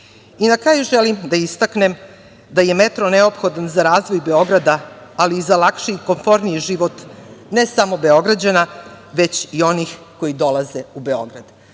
na kraju želim da istaknem, da je metro neophodan za razvoj Beograda, ali i za lakši i komforniji život, ne samo Beograđana, već i onih koji dolaze u